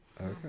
Okay